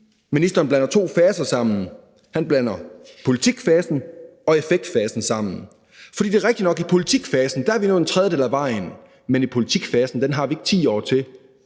ministeren blander to faser sammen. Han blander politikfasen og effektfasen sammen. Det er rigtigt nok, at i politikfasen er vi nået en tredjedel af vejen, men vi har ikke 10 år til